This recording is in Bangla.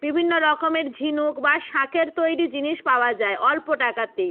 বিভিন্ন রকমের ঝিনুক বা শাঁখের তৈরি জিনিস পাওয়া যায় অল্প টাকাতেই